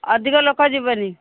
ଅଧିକ ଲୋକ ଯିବେନି